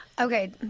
okay